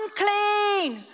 unclean